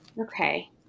Okay